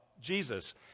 Jesus